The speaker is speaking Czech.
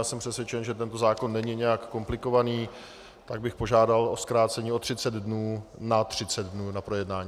Jsem přesvědčen, že tento zákon není nijak komplikovaný, tak bych požádal o zkrácení o 30 dnů na 30 dnů na projednání.